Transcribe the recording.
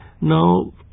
Now